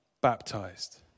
baptized